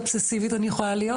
אובססיבית אני יכולה להיות.